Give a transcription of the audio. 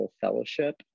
fellowship